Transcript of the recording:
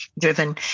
driven